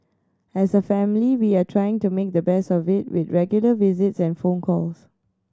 as a family we are trying to make the best of it with regular visits and phone calls